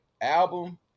album